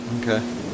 Okay